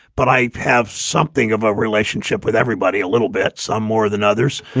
but i have something of a relationship with everybody a little bit some more than others.